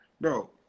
bro